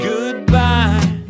Goodbye